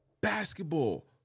Basketball